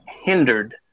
hindered